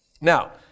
Now